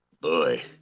Boy